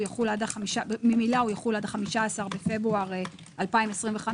ממילא יחול עד 15.2.25,